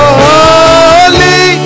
holy